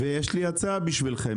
ויש לי הצעה בשבילכם,